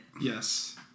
yes